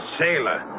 sailor